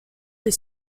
des